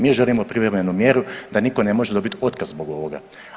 Mi želimo privremenu mjeru da niko ne može dobiti otkaz zbog ovoga.